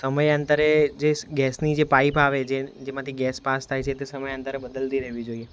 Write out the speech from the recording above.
સમયાંતરે જે ગેસની જે પાઈપલાઈન આવે જેમાંથી ગેસ પાસ થાય તે સમયાંતરે બદલતી રહેવી જોઈએ